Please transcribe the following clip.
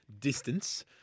distance